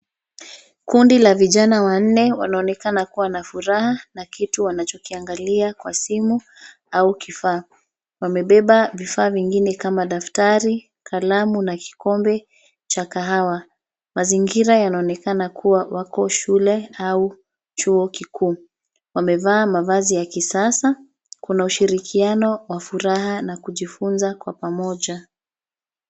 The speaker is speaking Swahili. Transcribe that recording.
Kundi la vijana wanne wanaonekana kuwa na furaha na kitu wanachokiangalia kwa simu au kifaa. Wamebeba vifaa vingine kama daftari, kalamu na kikombe cha kahawa. Mazingira yanaonekana kuwa wako shule au chuo kikuu. Wamevaa mavazi ya kisasa. Kuna ushirikiano wa furaha na kujifunza kwa pamoja.